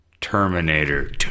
Terminator